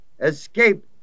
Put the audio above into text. Escape